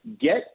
get